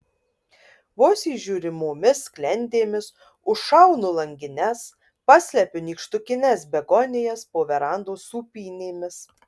vos įžiūrimomis sklendėmis užšaunu langines paslepiu nykštukines begonijas po verandos sūpynėmis